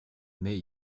mais